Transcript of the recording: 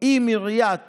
עם עיריית